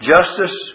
Justice